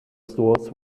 stores